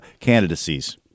candidacies